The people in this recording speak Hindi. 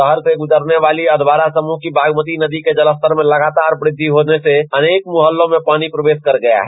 शहर से गुजरने वाली अधवारा समूह की बागमती नदी के जलस्तर मे लगातार वृद्धि होने से अनेक मुहल्लों मे पानी प्रवेश कर गया है